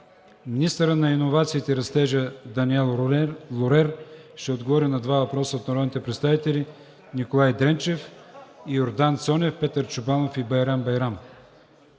министърът на иновациите и растежа Даниел Лорер ще отговори на два въпроса от народните представители Николай Дренчев; Йордан Цонев, Петър Чобанов и Байрам Байрам;